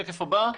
השקף הבא,